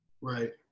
Right